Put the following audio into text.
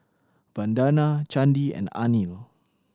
Vandana Chandi and Anil